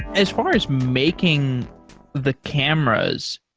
as far as making the cameras,